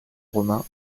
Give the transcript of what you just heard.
romain